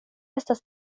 estas